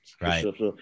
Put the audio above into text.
right